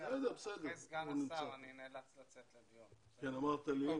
דברי סגן השר אני נאלץ לצאת לדיון אחר.